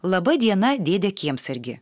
laba diena dėde kiemsargi